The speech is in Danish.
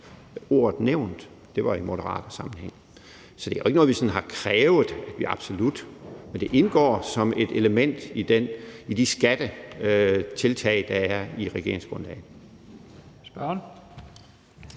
ordet nævnt, var i sammenhæng med Moderaterne. Så det er ikke noget, vi sådan absolut har krævet, men det indgår som et element i de skattetiltag, der er i regeringsgrundlaget.